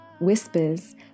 Whispers